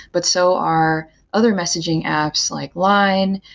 but so are other messaging apps, like line,